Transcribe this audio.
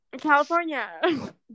California